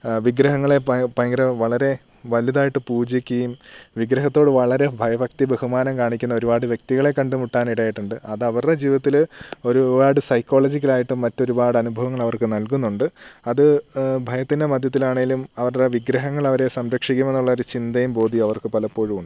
വിഗ്രഹങ്ങളെ ഭയങ്കര വളരെ വലുതായിട്ട് പൂജിക്കുകയും വിഗ്രഹത്തോട് വളരെ ഭയഭക്തി ബഹുമാനം കാണിക്കുന്ന ഒരുപാട് വ്യക്തികളെ കണ്ട് മുട്ടാനിടയായിട്ടുണ്ട് അതവരുടെ ജീവിതത്തില് ഒരുപാട് സൈക്കോളജിക്കലായിട്ടും മറ്റൊരുപാടാനുഭവങ്ങളവർക്ക് നൽകുന്നുണ്ട് അത് ഭയത്തിൻ്റെ മധ്യത്തിലാണേലും അവരുടെ വിഗ്രഹങ്ങളവരെ സംരക്ഷിക്കുമെന്നുള്ള ചിന്തയും ബോധ്യവും അവർക്ക് പലപ്പോഴുമുണ്ട്